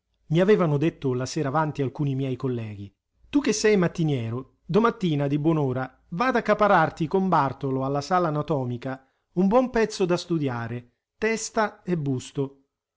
mi avevano detto la sera avanti alcuni miei colleghi tu che sei mattiniero domattina di buon'ora và ad accaparrarti con bartolo alla sala anatomica un buon pezzo da studiare testa e busto